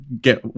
get